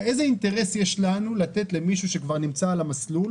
איזה אינטרס יש לנו לתת למישהו שכבר נמצא על המסלול